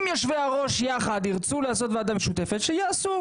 אם יושבי-הראש יחד ירצו לעשות ועדה משותפת, שיעשו.